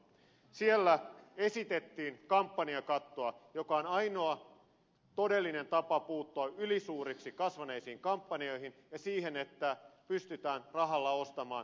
siellä esitettiin kampanjakattoa joka on ainoa todellinen tapa puuttua ylisuuriksi kasvaneisiin kampanjoihin ja siihen että pystytään rahalla ostamaan edustajanpaikkoja